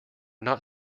not